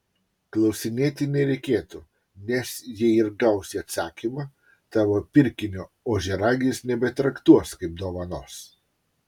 klausinėti nereikėtų nes jei ir gausi atsakymą tavo pirkinio ožiaragis nebetraktuos kaip dovanos